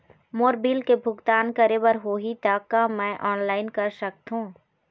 मोर bill के भुगतान करे बर होही ता का मैं ऑनलाइन कर सकथों?